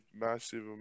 massive